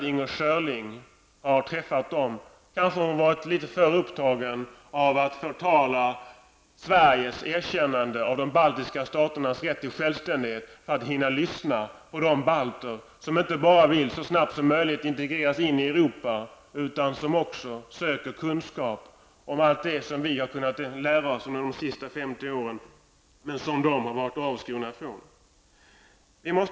Hon har kanske varit litet för upptagen av att förtala Sveriges erkännande av de baltiska staternas rätt till självständighet, för att hinna lyssna på de balter som inte bara så snabbt som möjligt vill integreras in i Europa utan som också söker kunskap om allt det som vi har kunnat lära oss under de senaste 50 åren men som de har varit avskurna från. Fru talman!